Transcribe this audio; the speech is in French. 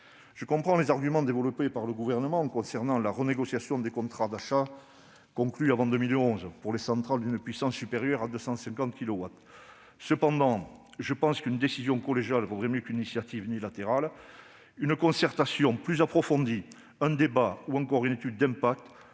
Je comprends les arguments développés par le Gouvernement concernant la renégociation des contrats d'achat conclus avant 2011 pour les centrales d'une puissance supérieure à 250 kilowatts. Cependant, je pense qu'une décision collégiale vaudrait mieux qu'une initiative unilatérale. Une concertation plus approfondie, un débat ou encore une étude d'impact